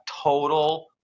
total